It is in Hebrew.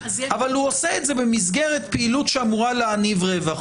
אבל הוא עושה את זה במסגרת פעילות שאמורה להניב רווח,